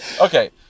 Okay